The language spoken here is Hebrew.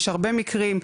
האם יש לכם כלים לאכיפה?